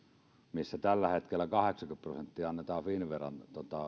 missä tällä hetkellä kahdeksankymmentä prosenttia annetaan finnveralta